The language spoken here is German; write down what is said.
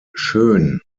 schön